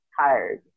tired